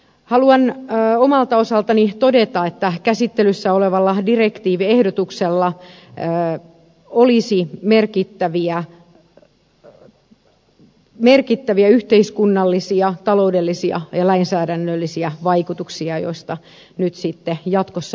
haluan omalta osaltani todeta että käsittelyssä olevalla direktiiviehdotuksella olisi merkittäviä yhteiskunnallisia taloudellisia ja lainsäädännöllisiä vaikutuksia joista nyt sitten jatkossa lisää